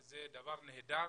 שזה דבר נהדר.